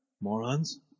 Morons